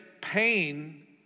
pain